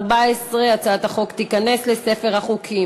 לאורית ארז, לאילנה, ולדובר המסור שלנו אייל קציר.